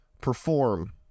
perform